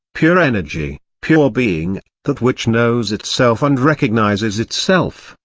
pure energy, pure being that which knows itself and recognises itself,